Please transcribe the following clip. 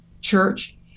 church